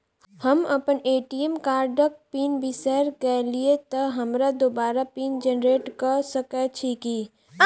हम अप्पन ए.टी.एम कार्डक पिन बिसैर गेलियै तऽ हमरा दोबारा पिन जेनरेट कऽ सकैत छी की?